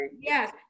Yes